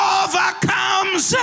overcomes